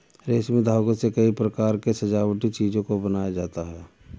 रेशमी धागों से कई प्रकार के सजावटी चीजों को बनाया जाता है